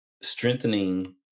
strengthening